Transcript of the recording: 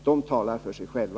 De talar för sig själva.